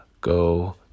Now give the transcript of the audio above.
go